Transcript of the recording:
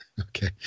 okay